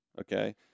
Okay